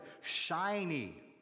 shiny